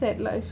sad life